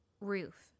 roof